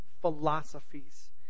philosophies